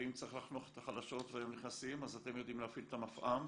ואם צריך לחנוך את החלשות ונכנסים אז אתם יודעים להפעיל את המפעם,